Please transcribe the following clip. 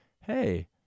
Hey